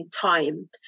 time